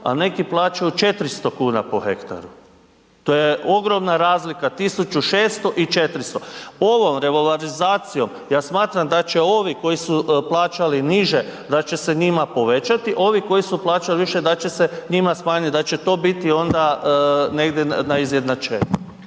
a neki plaćaju 400,00 kn po hektaru, to je ogromna razlika 1.600,00 i 400,00, ovom revalorizacijom ja smatram da će ovi koji su plaćali niže da će se njima povećati, ovi koji su plaćali više da će se njima smanjit, da će to biti onda negdje na izjednačenje.